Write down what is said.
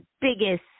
biggest